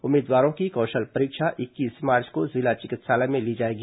उम्मीदवारों की कौशल परीक्षा इक्कीस मार्च को जिला चिकित्सालय में ली जाएगी